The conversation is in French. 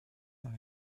dans